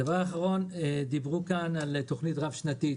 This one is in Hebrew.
דבר אחרון, דיברו כאן על תוכנית רב-שנתית.